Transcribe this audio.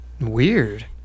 Weird